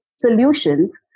solutions